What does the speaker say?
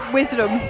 wisdom